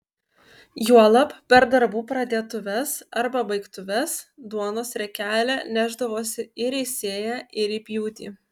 juolab per darbų pradėtuves ar pabaigtuves duonos riekelę nešdavosi ir į sėją ir į pjūtį